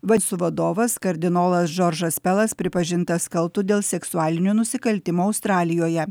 v su vadovas kardinolas džordžas pelas pripažintas kaltu dėl seksualinio nusikaltimo australijoje